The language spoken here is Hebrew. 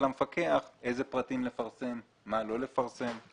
למפקח איזה פרטים לפרסם ומה לא לפרסם.